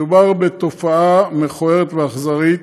מדובר בתופעה מכוערת ואכזרית,